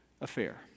affair